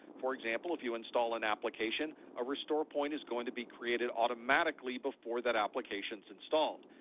for example, if you install an application, a restore point is going to be created automatically before that application's installed.